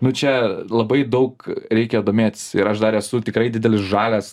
nu čia labai daug reikia domėtis ir aš dar esu tikrai didelis žalias